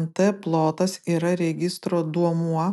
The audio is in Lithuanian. nt plotas yra registro duomuo